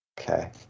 Okay